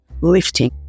Lifting